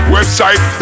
Website